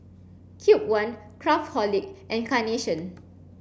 Cube one Craftholic and Carnation